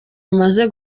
amaze